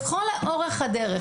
לכל אורך הדרך,